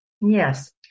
Yes